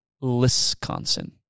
Wisconsin